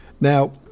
Now